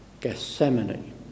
Gethsemane